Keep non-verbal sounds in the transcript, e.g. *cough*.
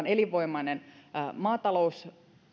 *unintelligible* elinvoimainen maatalous